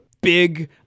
big